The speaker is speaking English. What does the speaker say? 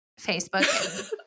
Facebook